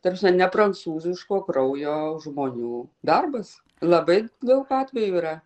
ta prasme ne prancūziško kraujo žmonių darbas labai daug atvejų yra